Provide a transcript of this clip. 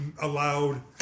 allowed